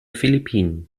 philippinen